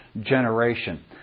generation